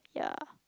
yeah